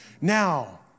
Now